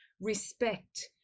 respect